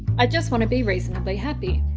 i just want to be reasonably happy.